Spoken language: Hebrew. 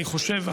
אני חושב,